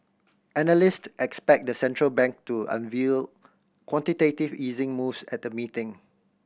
analyst expect the central bank to unveil quantitative easing moves at the meeting